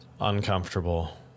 uncomfortable